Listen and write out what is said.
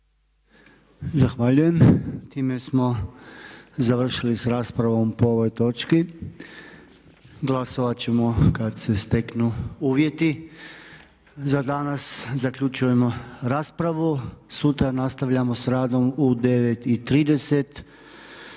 Zahvaljujem. Time smo završili sa raspravom po ovoj točki. Glasovat ćemo kad se steknu uvjeti. Za danas zaključujemo raspravu. Sutra nastavljamo s radom u 9,30